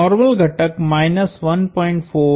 normal घटकहै